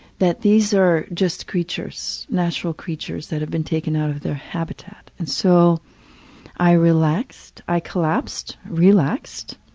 that these are just creatures, natural creatures that have been taken out of their habitat. and so i relaxed. i collapsed, relaxed.